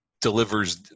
delivers